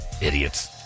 Idiots